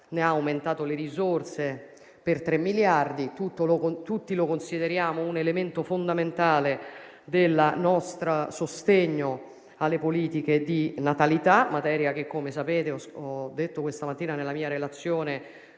ne ha aumentato le risorse per 3 miliardi. Tutti lo consideriamo un elemento fondamentale del nostro sostegno alle politiche di natalità, materia che, come sapete e come ho detto questa mattina nella mia relazione,